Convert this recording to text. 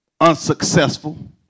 unsuccessful